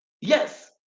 Yes